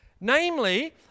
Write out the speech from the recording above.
Namely